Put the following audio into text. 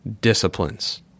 disciplines